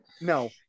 No